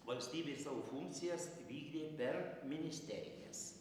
valstybė savo funkcijas vykdė per ministerijas